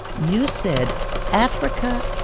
you said africa,